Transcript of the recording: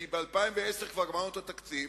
כי ב-2010 כבר גמרנו את התקציב,